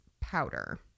powder